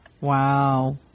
Wow